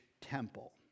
temple